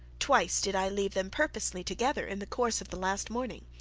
twice did i leave them purposely together in the course of the last morning,